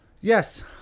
yes